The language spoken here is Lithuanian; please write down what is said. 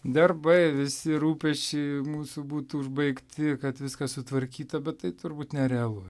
darbai visi rūpesčiai mūsų būtų užbaigti kad viskas sutvarkyta bet tai turbūt nerealu